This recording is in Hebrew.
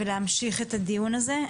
ולהמשיך את הדיון הזה,